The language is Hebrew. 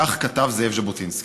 כך כתב זאב ז'בוטינסקי.